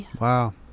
Wow